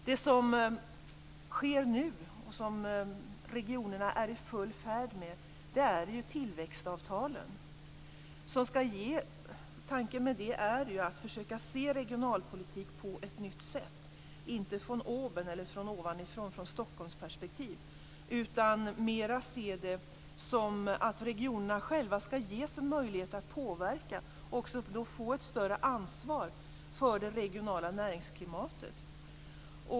Det som sker nu och som regionerna är i full färd med är ju tillväxtavtalen. Tanken med dem är ju att försöka se regionalpolitik på ett nytt sätt, inte von oben eller ovanifrån, från Stockholmsperspektiv, utan mera se det som att regionerna själva skall ges möjlighet att påverka och också få ett större ansvar för det regionala näringsklimatet.